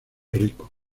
rico